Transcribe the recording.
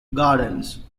gardens